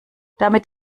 damit